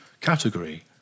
category